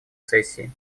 сессии